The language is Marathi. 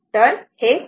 तर हे 0